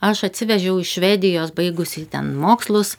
aš atsivežiau iš švedijos baigusi ten mokslus